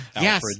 Yes